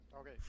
Okay